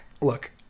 look